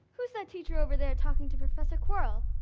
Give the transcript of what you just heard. who's that teacher over there talking to professor quirrell?